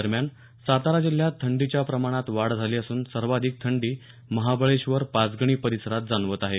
दरम्यान सातारा जिल्ह्यात थंडीच्या प्रमाणात वाढ झाली असून सर्वाधिक थंडी महाबळेश्वर पाचगणी परिसरात जाणवत आहे